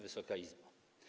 Wysoka Izbo!